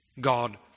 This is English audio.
God